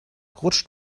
rutscht